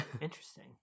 interesting